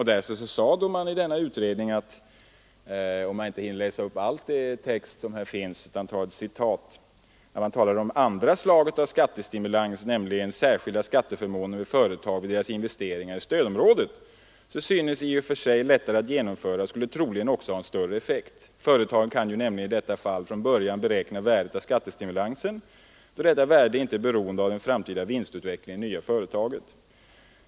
Där sade man i denna utredning — jag hinner inte läsa upp all text som finns där utan tar ett citat: ”Det andra slaget av skattestimulans — särskilda skatteförmåner för företag vid deras investeringar i stödområdet — synes i och för sig lättare att genomföra och skulle troligen också ha större effekt. Företagen kan ju nämligen i detta fall från början beräkna värdet av skattestimulansen, då detta värde inte är beroende av den framtida vinstutvecklingen i det nya företaget.